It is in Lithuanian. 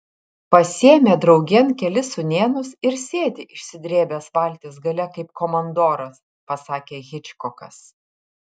pasiėmė draugėn kelis sūnėnus ir sėdi išsidrėbęs valties gale kaip komandoras pasakė hičkokas